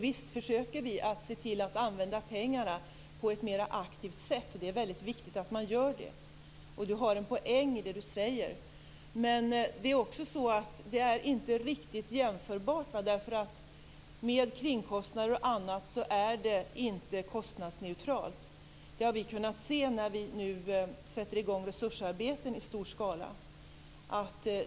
Visst försöker vi att se till att använda pengarna på ett aktivt sätt. Det är viktigt att göra så. Gunnar Goude har en poäng i det han säger. Men det hela är inte riktigt jämförbart. Med kringkostnader och annat är det hela inte kostnadsneutralt. Det har vi kunnat se när vi har satt i gång resursarbeten i stor skala.